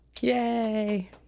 Yay